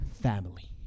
family